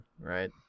right